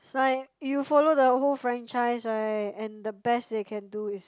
it's like you follow the whole franchise right and the best they can do is